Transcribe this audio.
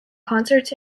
concerts